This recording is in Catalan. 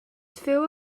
féu